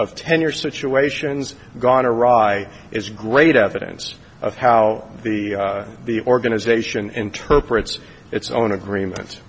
tenure situations gone iraq is great evidence of how the the organization interprets its own agreement